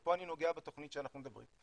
ופה אני נוגע בתכנית שאנחנו מדברים עליה,